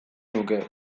nuke